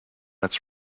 its